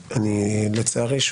לצערי,